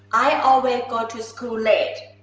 i always go to school late.